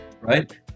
right